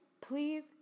Please